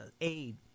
aid